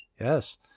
Yes